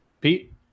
Pete